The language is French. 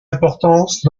importance